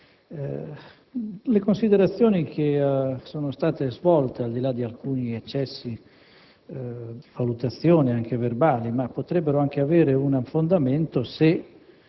le considerazioni che sono state svolte, al di là di alcuni eccessi di valutazione anche verbali, potrebbero avere un fondamento se